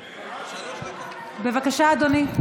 בבקשה, אדוני.